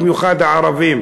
במיוחד הערבים,